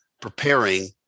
preparing